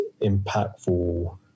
impactful